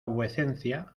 vuecencia